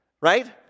right